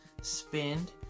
spend